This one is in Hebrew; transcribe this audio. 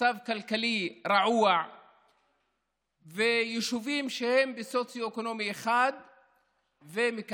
מצב כלכלי רעוע ויישובים שהם בסוציו-אקונומי 1 מככבים